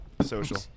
Social